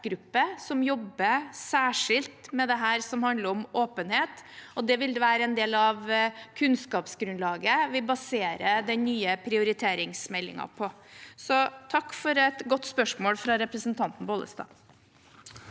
som handler om åpenhet, og det vil være en del av kunnskapsgrunnlaget vi baserer den nye prioriteringsmeldingen på. Så takk for et godt spørsmål fra representanten Bollestad.